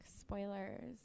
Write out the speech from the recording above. spoilers